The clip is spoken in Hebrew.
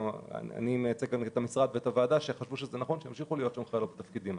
אני מייצג את המשרד ואת הוועדה שחשבו שנכון שתהיינה שם חיילות.